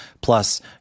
plus